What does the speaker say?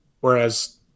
Whereas